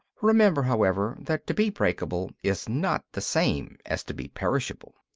remember, however, that to be breakable is not the same as to be perishable.